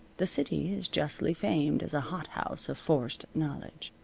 the city is justly famed as a hot house of forced knowledge.